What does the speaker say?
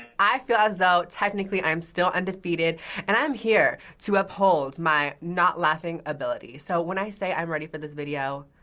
i feel as though technically i'm still undefeated and i'm here to uphold my not laughing ability, so when i say i'm ready for this video,